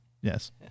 Yes